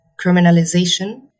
criminalization